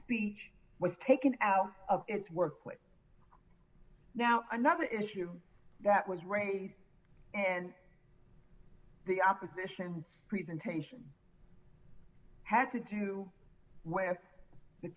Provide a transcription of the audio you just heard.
speech was taken out of its work which now another issue that was raised in the opposition presentation had to do with the